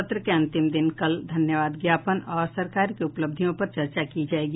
सत्र के अंतिम दिन कल धन्यवाद ज्ञापन और सरकार की उपलब्धियों पर चर्चा की जाएगी